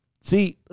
see